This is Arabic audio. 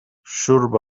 شرب